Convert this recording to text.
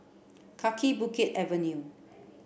Kaki Bukit Avenue